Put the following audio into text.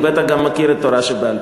הוא בטח מכיר גם את התורה שבעל-פה.